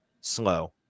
slow